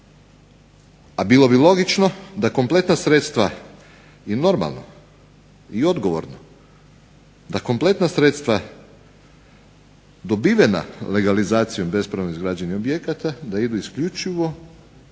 A bilo bi logično da kompletna sredstva i normalno i odgovorno da kompletna sredstva dobivena legalizacijom bespravno izgrađenih objekata da idu isključivo